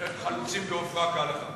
חלוצים בעופרה כהלכה.